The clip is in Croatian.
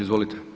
Izvolite.